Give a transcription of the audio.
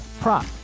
prop